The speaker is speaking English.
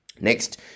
Next